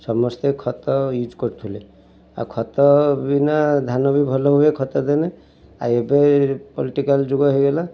ସମସ୍ତେ ଖତ ୟୁଜ୍ କରୁଥିଲେ ଆଉ ଖତ ବିନା ଧାନ ବି ଭଲ ହୁଏ ଖତ ଦେନେ ଆଉ ଏବେ ପଲିଟିକାଲ୍ ଯୁଗ ହେଇଗଲା